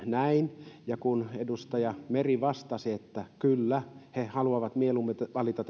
näin kun edustaja meri vastasi että kyllä he haluavat mieluummin valita